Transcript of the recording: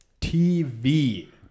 TV